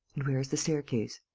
and where is the staircase?